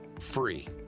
Free